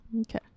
Okay